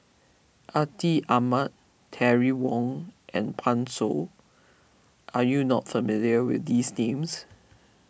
Atin Amat Terry Wong and Pan Shou are you not familiar with these names